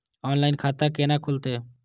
Online खाता केना खुलते?